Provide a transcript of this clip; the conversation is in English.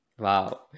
Wow